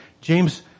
James